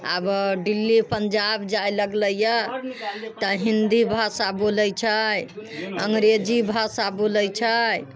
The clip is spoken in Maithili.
आब दिल्ली पन्जाब जाय लगलैया तऽ हिन्दी भाषा बोलैत छै अङ्ग्रेजी भाषा बोलैत छै